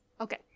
Okay